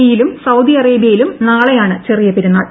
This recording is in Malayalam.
ഇയിലും സൌദി അറേബ്യയിലും നാളെയാണ് ചെറിയ പെരുനാൾ